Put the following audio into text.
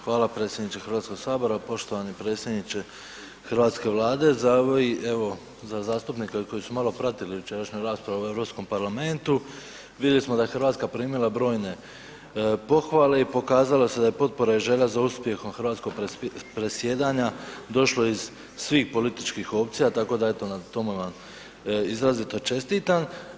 Hvala predsjedniče HS-a, poštovani predsjedniče hrvatske Vlade. .../nerazumljivo/... evo za zastupnike koji su malo pratili jučerašnju raspravu u EU parlamentu, vidjeli smo da je Hrvatska primila brojne pohvale i pokazalo se da je potpora i želja za uspjehom hrvatskog predsjedanja došlo iz svih političkih opcija, tako da eto, na tome vam izrazito čestitam.